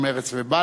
דב חנין ועפו